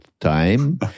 time